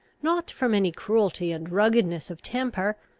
not from any cruelty and ruggedness of temper,